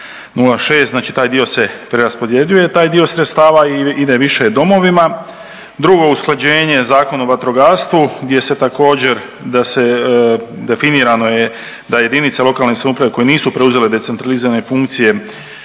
0,6, znači taj dio se preraspodjeljuje, taj dio sredstava ide više domovima. Drugo usklađenje Zakon o vatrogastvu gdje se također da se, definirano je da JLS koje nisu preuzele decentralizirane funkcije